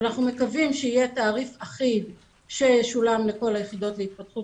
אנחנו מקווים שיהיה תעריף אחיד שישולם לכל היחידות להתפתחות